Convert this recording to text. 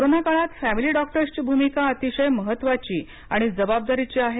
corona काळात family डॉक्टर्सची भूमिका अतिशय महत्वाची आणि जबाबदारीची आहे